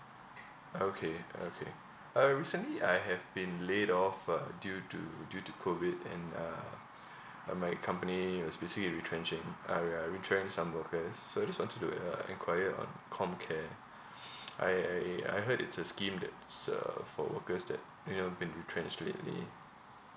okay okay uh recently I have been laid off uh due to due to COVID and uh uh my company was basically retrenching ah ya retrench some workers so I just wanted to uh enquire on comcare I I a I heard it's a scheme that's uh for workers that you know been retrenched lately